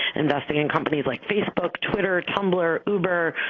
investing in companies like facebook, twitter, tumblr, uber,